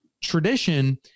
tradition